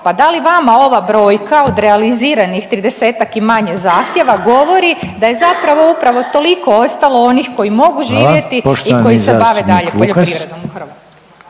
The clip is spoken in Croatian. pa da li vama ova brojka od realiziranih 30-ak i manje zahtjeva govori da je zapravo upravo toliko ostalo onih koji mogu živjeti …/Upadica Reiner: Hvala./… i koji se bave dalje poljoprivredom …?